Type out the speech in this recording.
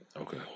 Okay